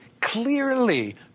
clearly